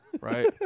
right